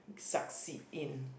succeed in